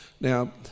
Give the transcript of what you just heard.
Now